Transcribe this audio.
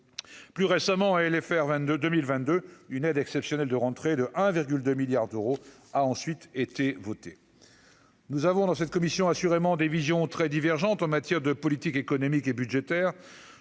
Plus récemment, et les faire 22 2022, une aide exceptionnelle de rentrée de un virgule 2 milliards d'euros, a ensuite été voté, nous avons dans cette commission assurément des visions très divergentes en matière de politique économique et budgétaire,